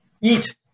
eat